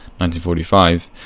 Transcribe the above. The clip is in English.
1945